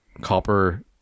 copper